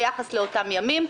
ביחס לאותם ימים.